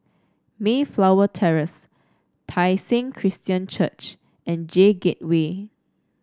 Mayflower Terrace Tai Seng Christian Church and J Gateway